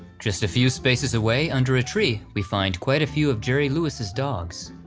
just a few spaces away under a tree we find quite a few of jerry lewis's dogs.